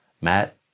Matt